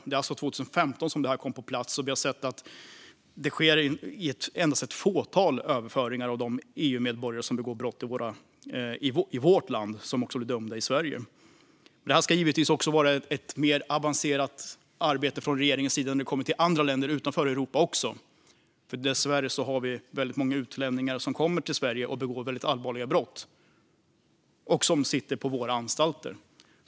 Detta kom alltså på plats 2015, och vi har sett att det endast sker ett fåtal överföringar av EU-medborgare som begår brott i vårt land och som också blir dömda i Sverige. Det ska givetvis vara ett mer avancerat arbete från regeringens sida också när det kommer till länder utanför Europa. Dessvärre har vi väldigt många utlänningar som kommer till Sverige och som begår väldigt allvarliga brott och som sitter på våra anstalter.